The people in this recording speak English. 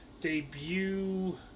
debut